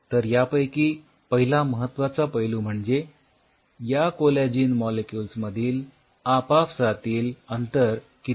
तर यापैकी पहिला महत्वाचा पैलू म्हणजे या कोलॅजिन मॉलिक्युल्समधील आपापसातील अंतर किती असेल